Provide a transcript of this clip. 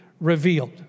revealed